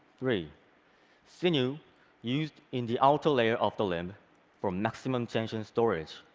three sinew used in the outer layer of the limb for maximum tension storage.